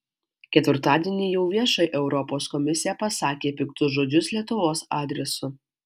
ketvirtadienį jau viešai europos komisija pasakė piktus žodžius lietuvos adresu